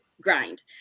grind